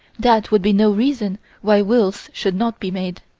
that would be no reason why wills should not be made.